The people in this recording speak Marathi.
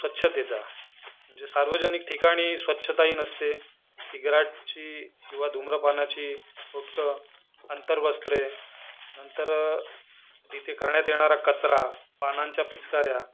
स्वच्छतेचा सार्वजनिक ठिकाणी स्वच्छताही नसते सिगारटची किंवा धूम्रपानाची थोटकं अंतरवस्त्रे नंतर तिथे करण्यात येणार कचरा पानांच्या पिचकाऱ्या